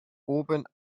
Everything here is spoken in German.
oben